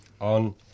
on